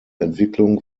entwicklung